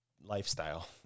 lifestyle